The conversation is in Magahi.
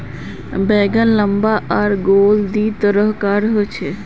बैंगन लम्बा आर गोल दी तरह कार होचे